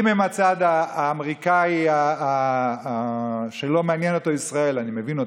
אם הם בצד האמריקאי שלא מעניין אותם ישראל אני מבין אותם,